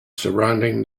surrounding